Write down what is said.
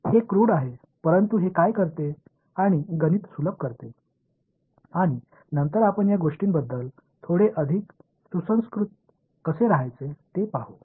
இது தோராயமாக ஆனால் அது என்னவென்றால் அது ஒரு கணிதத்தை எளிதாக்குகிறது பின்னர் இந்த விஷயங்களைப் பற்றி இன்னும் கொஞ்சம் அதிநவீனத்தைப் பெறுவது எப்படி என்று பார்ப்போம்